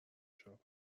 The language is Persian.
شاپ